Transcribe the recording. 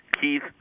Keith